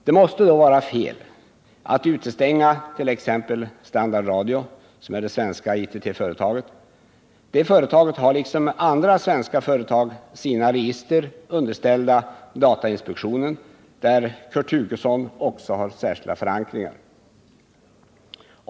Det måste då vara fel att utestänga t.ex. Standard Radio, som är det svenska ITT-företaget. Det företaget har liksom andra svenska företag sina register underställda datainspektionen, där Kurt Hugosson också har särskilda förankringar.